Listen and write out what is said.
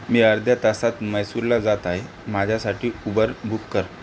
मी अर्ध्या तासात म्हैसुरला जात आहे माझ्यासाठी उबर बुक कर